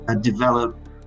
develop